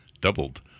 doubled